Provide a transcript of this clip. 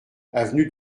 avenue